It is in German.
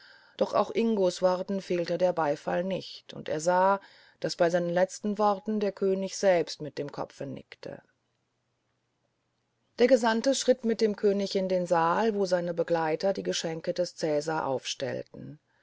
doch auch ingos worten fehlte der beifall nicht und er sah daß bei seinen letzten worten der könig selbst mit dem kopfe nickte der gesandte schritt mit dem könig in den saal wo seine begleiter die geschenke des cäsar aufstellten